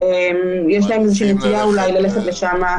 יש להם נטייה אולי ללכת לשם,